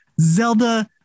Zelda